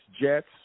Jets